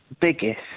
biggest